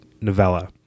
novella